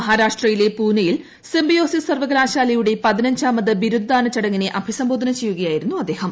മഹാരാഷ്ട്രയിലെ പൂനൈയിൽ സിംബയോസിസ് സർവകലാശാലയുടെ പതിനഞ്ചാമത് ബിരുദദാന ചടങ്ങിനെ അഭിസംബോധന ചെയ്യുകയായിരുന്നു അദ്ദേഹം